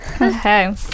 Okay